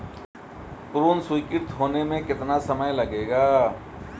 ऋण स्वीकृत होने में कितना समय लगेगा?